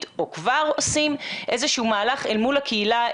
או שכבר עושים איזשהו מהלך אל מול הקהילה,